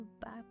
back